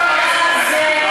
לא רק זה,